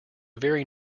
very